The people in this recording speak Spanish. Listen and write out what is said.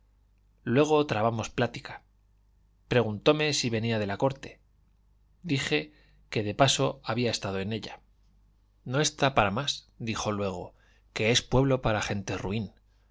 luego trabamos plática preguntóme si venía de la corte dije que de paso había estado en ella no está para más dijo luego que es pueblo para gente ruin